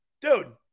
Dude